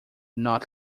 not